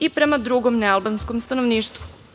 i prema drugom nealbanskom stanovništvu. Sve